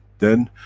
then,